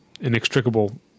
inextricable